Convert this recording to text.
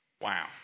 Wow